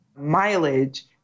mileage